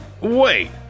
wait